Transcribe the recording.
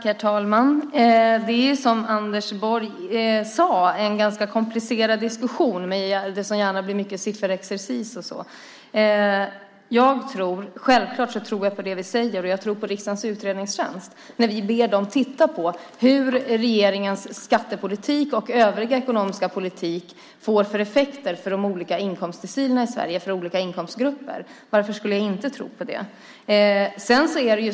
Herr talman! Det är, som Anders Borg sade, en ganska komplicerad diskussion där det gärna blir mycket sifferexercis och så. Självfallet tror jag på det vi säger, och jag tror på riksdagens utredningstjänst när vi ber dem titta på vilka effekter regeringens skattepolitik och övriga ekonomiska politik får för de olika inkomstdecilerna och för olika inkomstgrupper i Sverige. Varför skulle jag inte tro på det?